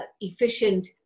efficient